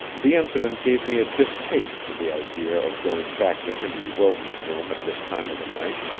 the incident gave me a distaste for the idea of going back to henry wilton's room at this time of the night.